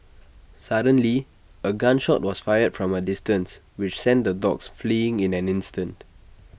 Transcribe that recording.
suddenly A gun shot was fired from A distance which sent the dogs fleeing in an instant